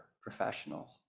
professionals